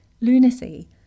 lunacy